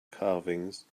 carvings